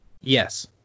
Yes